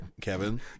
Kevin